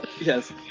Yes